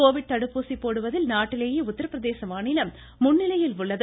Covid தடுப்பூசி போடுவதில் நாட்டிலேயே உத்தரப்பிரதேச மாநிலம் முன்னிலையில் உள்ளது